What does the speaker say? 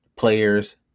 Players